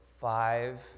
five